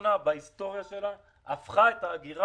אני רק רוצה לציין שהמצב הסוציו-אקונומי נמוך בהרבה מזה של העיר נהריה.